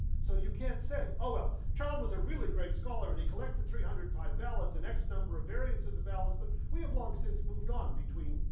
so you can't say oh well, child was a really great scholar and he collected three hundred and five ballads and x number of variance of the ballads. but we have long since moved on between,